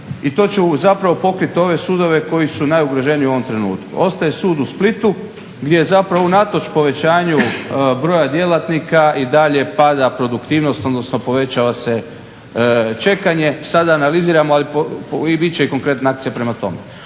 i to će zapravo pokrit ove sudove koji su najugroženiji u ovom trenutku. Ostaje sud u Splitu gdje zapravo unatoč povećanju broja djelatnika i dalje pada produktivnost, odnosno povećava se čekanje. Sad analizira, ali bit će i konkretna akcija prema tome.